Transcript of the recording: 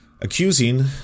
accusing